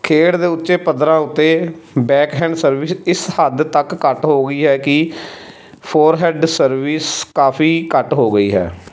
ਖੇਡ ਦੇ ਉੱਚੇ ਪੱਧਰਾਂ ਉੱਤੇ ਬੈਕਹੈਂਡ ਸਰਵਿਸ ਇਸ ਹੱਦ ਤੱਕ ਘੱਟ ਹੋ ਗਈ ਹੈ ਕਿ ਫੋਰਹੈਡ ਸਰਵਿਸ ਕਾਫ਼ੀ ਘੱਟ ਹੋ ਗਈ ਹੈ